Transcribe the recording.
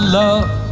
love